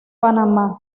panamá